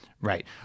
Right